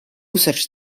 such